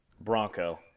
Bronco